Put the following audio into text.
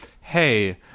hey